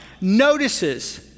notices